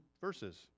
verses